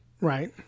Right